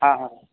હા હા